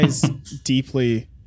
deeply